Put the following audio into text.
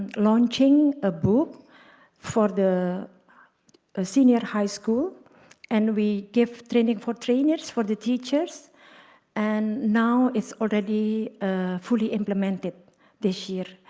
launching a book for the ah senior high schools and we give training for trainers, for the teachers and now it's already ah fully implemented this year.